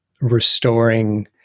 restoring